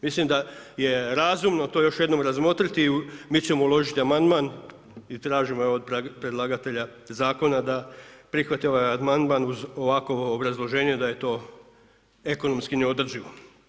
Mislim da je razumno to još jednom razmotriti i mi ćemo uložiti amandman i tražimo od predlagatelja zakona da prihvati ovaj amandman uz ovakvo obrazloženje da je to ekonomski neodrživo.